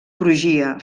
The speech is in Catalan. crugia